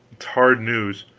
it's hard news.